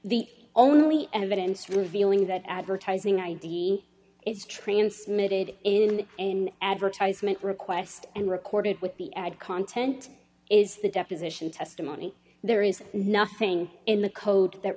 the only evidence revealing that advertising id is transmitted in an advertisement request and recorded with the ad content is the deposition testimony there is nothing in the code that